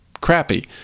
crappy